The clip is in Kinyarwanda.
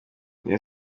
reyo